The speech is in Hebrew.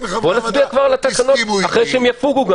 בואו נצביע על התקנות אחרי שהן כבר יפוגו.